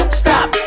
stop